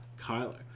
Kylo